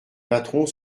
patrons